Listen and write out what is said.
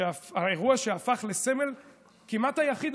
האירוע שהפך לסמל הכמעט-יחיד,